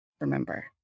remember